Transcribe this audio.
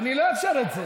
אני לא אאפשר את זה.